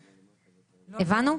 הבנו?